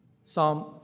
Psalm